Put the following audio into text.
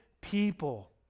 people